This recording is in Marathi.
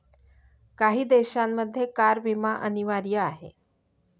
काही देशांमध्ये कार विमा अनिवार्य आहे